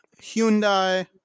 Hyundai